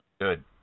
Good